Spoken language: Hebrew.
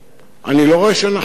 אני לא רואה שאנחנו עושים את זה.